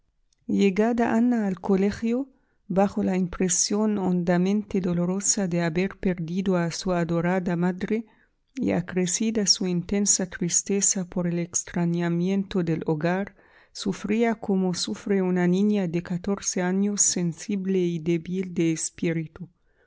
ana al colegio bajo la impresión hondamente dolorosa de haber perdido a su adorada madre y acrecida su intensa tristeza por el extrañamiento del hogar sufría como sufre una niña de catorce años sensible y débil de espíritu